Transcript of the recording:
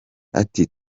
ati